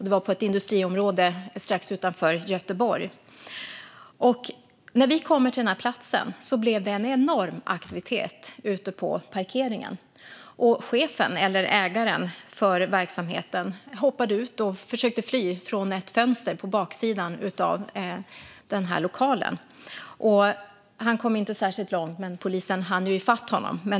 Det var på ett industriområde strax utanför Göteborg. När vi kom till platsen blev det en enorm aktivitet ute på parkeringen. Chefen eller ägaren till verksamheten hoppade ut genom ett fönster på baksidan av lokalen och försökte fly. Han kom inte särskilt långt - polisen hann i fatt honom.